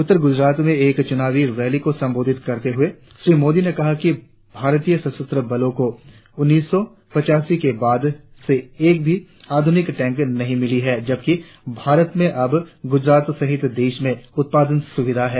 उत्तर गुजरात में एक चुनावी रैली को संबोधित करते हुए श्री मोदी ने कहा कि भारतीय सशस्त्र बलों को उन्नीस सौ पचासी के बाद से एक भी आधुनिक टैंक नहीं मिला है जबकि भारत में अब गुजरात सहित देश में उत्पादन सुविधाएं हैं